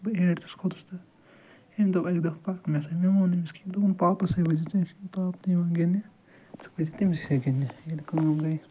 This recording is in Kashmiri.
بہٕ ایٹتھس کھوٚتُس تہٕ أمۍ دوٚپ اَکہِ دۄہ پَکھ مےٚ سۭتۍ مےٚ مون نہٕ أمِس کِہیٖنۍ دوٚپُن پاپس سۭتۍ ؤسۍ زِ ژے چھُ یِوان پاپہٕ تہِ یِوان گِنٛدنہِ ژٕ ؤسۍ زِ تمسٕے سۭتۍ گِنٛدنہِ ییٚلہِ کٲم گٔے